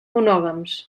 monògams